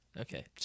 Okay